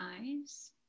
eyes